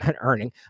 earning